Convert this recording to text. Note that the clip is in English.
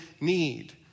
need